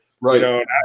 right